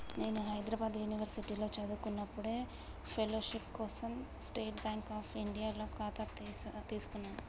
నేను హైద్రాబాద్ యునివర్సిటీలో చదువుకునేప్పుడు ఫెలోషిప్ కోసం స్టేట్ బాంక్ అఫ్ ఇండియా ఖాతాను తీసుకున్నాను